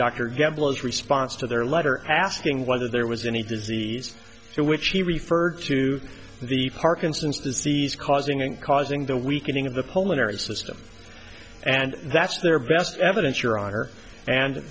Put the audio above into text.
dr gamble is response to their letter asking whether there was any disease to which he referred to the parkinson's disease causing and causing the weakening of the pulmonary system and that's their best evidence your honor and